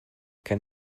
kann